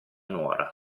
nuora